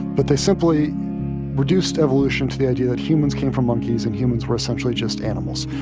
but they simply reduced evolution to the idea that humans came from monkeys. and humans were, essentially, just animals.